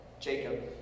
Jacob